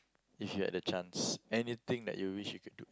if you had the chance anything that you wish you could do